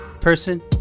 Person